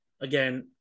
again